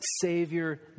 Savior